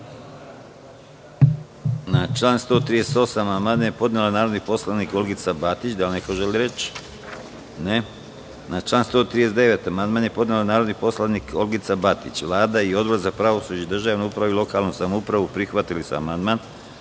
Na član 166. amandman je podnela narodni poslanik Olgica Batić. Vlada i Odbor za pravosuđe, državnu upravu i lokalnu samoupravu prihvatili su amandman,